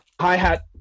hi-hat